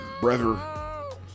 brother